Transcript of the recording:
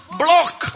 block